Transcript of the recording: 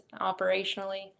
operationally